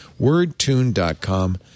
Wordtune.com